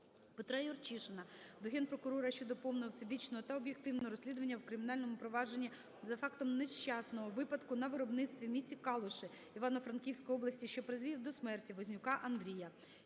ПетраЮрчишина до Генпрокурора щодо повного, всебічного та об'єктивного розслідування у кримінальному провадженні за фактом нещасного випадку на виробництві в місті Калуші Івано-Франківської області, що призвів до смерті Вознюка Андрія.